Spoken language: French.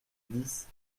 dix